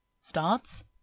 starts